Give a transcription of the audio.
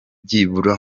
byibura